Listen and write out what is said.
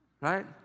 right